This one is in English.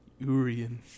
Urian